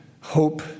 hope